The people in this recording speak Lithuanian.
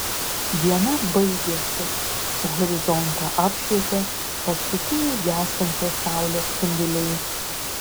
diena baigėsi horizontą apšvietė paskutiniai gęstančios saulės spinduliai